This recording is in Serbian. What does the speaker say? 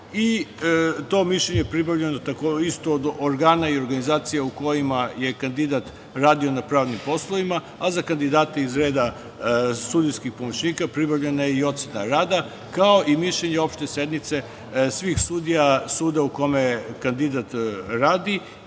i to mišljenje je pribavljeno isto od organa i organizacija u kojima je kandidat radio na pravnim poslovima, a za kandidate iz reda sudijskih pomoćnika pribavljena je i ocena rada, kao i mišljenje opšte sednice svih sudija suda u kome kandidat radi